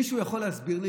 מישהו יכול להסביר לי,